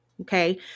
Okay